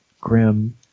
grim